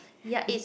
ya is